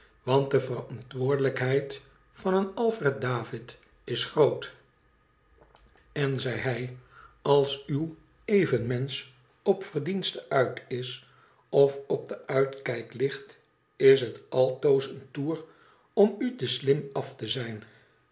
want de verantwoordelijkheid van een alfred david is groot n zei hij als uw evenmensch op verdienste uit is of op den uitkijk ligt is het altoos een toer om u te slim af te zijn